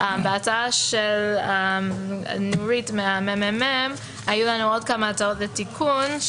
בהצעה של נורית מהממ"מ היו לנו עוד כמה הצעות לתיקון,